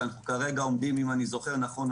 אם אני זוכר נכון,